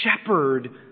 Shepherd